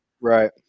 Right